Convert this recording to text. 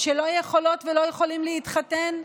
שלא יכולות ולא יכולים להתחתן,